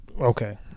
Okay